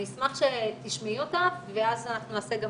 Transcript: אני אשמח שתשמעי אותה ואז אנחנו נעשה גם